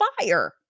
fire